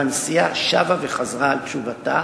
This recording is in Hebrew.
והנשיאה שבה וחזרה על תשובתה